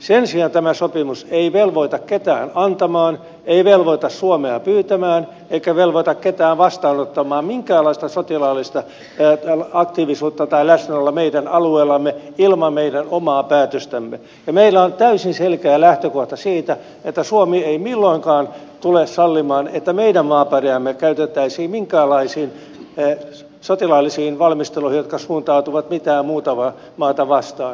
sen sijaan tämä sopimus ei velvoita ketään antamaan ei velvoita suomea pyytämään eikä velvoita ketään vastaanottamaan minkäänlaista sotilaallista aktiivisuutta tai läsnäoloa meidän alueellamme ilman meidän omaa päätöstämme ja meillä on täysin selkeä lähtökohta siitä että suomi ei milloinkaan tule sallimaan että meidän maaperäämme käytettäisiin minkäänlaisiin sotilaallisiin valmisteluihin jotka suuntautuvat mitään muuta maata vastaan